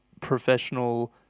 professional